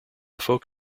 folk